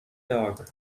dog